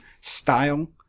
style